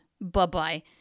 Bye-bye